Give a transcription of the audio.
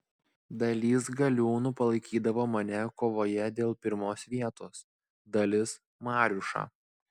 dalis galiūnų palaikydavo mane kovoje dėl pirmos vietos dalis mariušą